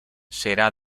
será